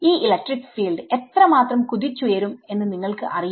ഈ electric field എത്ര മാത്രം കുതിച്ചുയരും എന്ന് നിങ്ങൾക്ക് അറിയില്ല